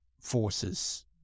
forces